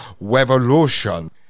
Revolution